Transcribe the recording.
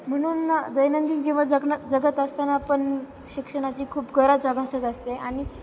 म्हणून दैनंदिन जेव्हा जगणं जगत असताना पण शिक्षणाची खूप गरज भासत असते आणि